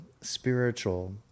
spiritual